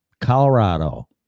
Colorado